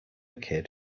kid